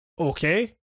Okay